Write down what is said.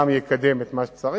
גם לקדם את מה שצריך,